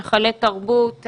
היכלי תרבות,